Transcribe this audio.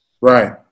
Right